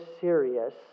serious